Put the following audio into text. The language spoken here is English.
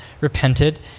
repented